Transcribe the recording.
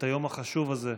(ביצוע פעולות בבית החולה),